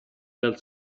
dal